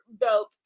belt